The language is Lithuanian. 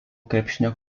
krepšinio